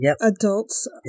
adults